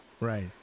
Right